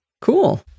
Cool